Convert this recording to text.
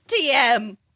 tm